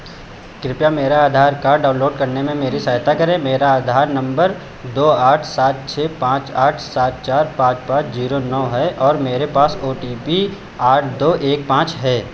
कृपया मेरा Aadhaar card download करने में मेरी सहायता करें मेरा आधार नम्बर दो आठ सात छः पाँच आठ सात चार पाँच पाँच जीरो नौ है और मेरे पास ओ टी पी आठ दो एक पाँच है